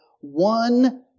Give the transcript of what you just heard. one